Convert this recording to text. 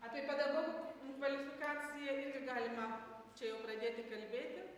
apie pedagogų kvalifikaciją irgi galima čia jau pradėti kalbėti